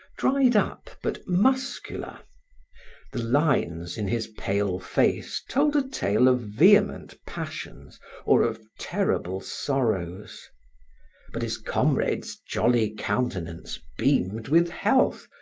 dried up, but muscular the lines in his pale face told a tale of vehement passions or of terrible sorrows but his comrade's jolly countenance beamed with health,